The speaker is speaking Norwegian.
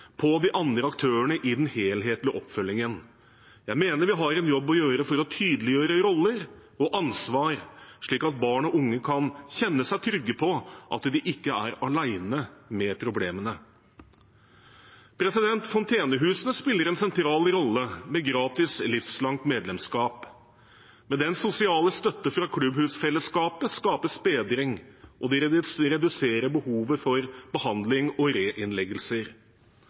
på de andre aktørene i den helhetlige oppfølgingen. Jeg mener vi har en jobb å gjøre for å tydeliggjøre roller og ansvar, slik at barn og unge kan kjenne seg trygge på at de ikke er alene med problemene. Fontenehusene spiller en sentral rolle med gratis livslangt medlemskap. Den sosiale støtten fra klubbhusfellesskapet skaper bedring og reduserer behovet for behandling og reinnleggelser.